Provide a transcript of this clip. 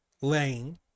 Lane